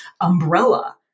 umbrella